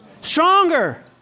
Stronger